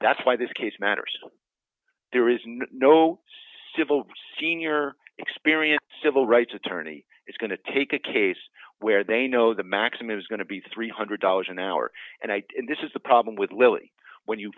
that's why this case matters there is no civil senior experience civil rights attorney is going to take a case where they know the maximum is going to be three hundred dollars an hour and i this is the problem with lilly when you